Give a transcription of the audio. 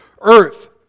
earth